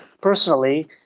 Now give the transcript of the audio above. personally